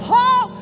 Paul